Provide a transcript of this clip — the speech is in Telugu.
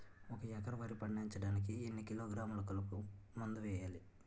ఒక ఎకర వరి పండించటానికి ఎన్ని కిలోగ్రాములు కలుపు మందు వేయాలి?